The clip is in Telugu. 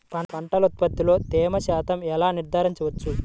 పంటల ఉత్పత్తిలో తేమ శాతంను ఎలా నిర్ధారించవచ్చు?